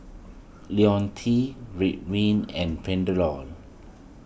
Ionil T Ridwind and Panadol